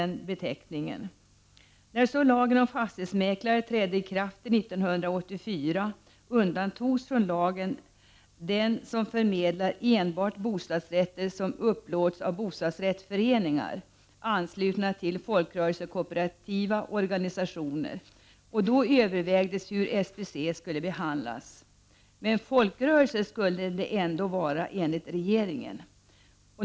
När lagen om 105 fastighetsmäklare trädde i kraft 1984 undantogs den som förmedlar enbart bostadsrätter som upplåts av bostadsrättsföreningar, anslutna till folkrörelsekooperativa organisationer. Det övervägdes då hur SBC skulle behandlas. Folkrörelse skulle det ändå vara enligt regeringen.